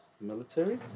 military